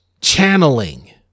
channeling